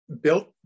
built